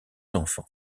enfants